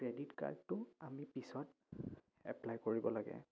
credit কাৰ্ডটো আমি পিছত এপ্লাই কৰিব লাগে